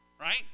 right